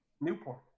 Newport